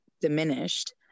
diminished